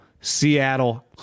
Seattle